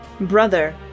Brother